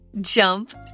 jump